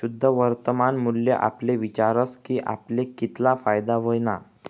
शुद्ध वर्तमान मूल्य आपले विचारस की आपले कितला फायदा व्हयना